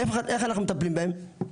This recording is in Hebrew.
איך אנחנו מטפלים בהם?